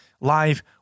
live